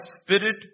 spirit